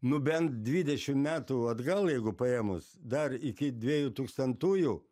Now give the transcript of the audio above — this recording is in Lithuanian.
nu bent dvidešim metų atgal jeigu paėmus dar iki dviejų tūkstantųjų